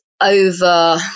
over